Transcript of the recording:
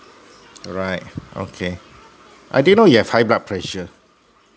alright okay I didn't know you have high blood pressure